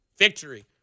Victory